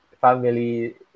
family